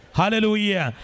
Hallelujah